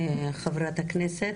חברת הכנסת.